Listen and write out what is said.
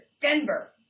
Denver